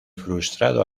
frustrado